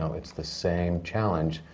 so it's the same challenge.